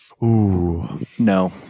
No